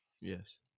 Yes